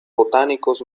botánicos